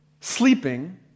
sleeping